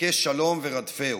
בקש שלום ורדפהו".